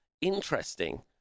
interesting